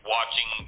watching